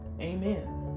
Amen